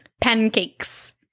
Pancakes